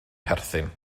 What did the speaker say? perthyn